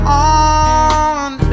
on